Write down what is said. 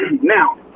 Now